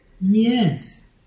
Yes